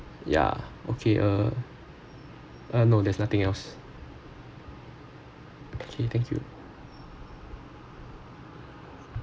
ya okay uh ah no there's nothing else okay thank you